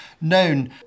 known